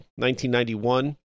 1991